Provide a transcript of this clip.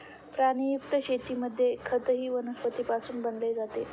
प्राणीमुक्त शेतीमध्ये खतही वनस्पतींपासून बनवले जाते